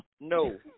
no